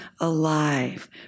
alive